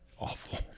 awful